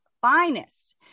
finest